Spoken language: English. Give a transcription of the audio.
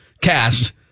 cast